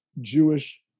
Jewish